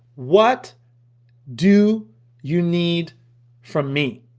what do you need from me?